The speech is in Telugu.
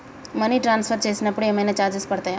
మనీ ట్రాన్స్ఫర్ చేసినప్పుడు ఏమైనా చార్జెస్ పడతయా?